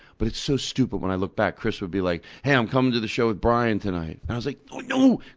but it's so stupid when i look back. chris would be like, hey, i'm coming to the show with brian tonight. and i was like, oh, no,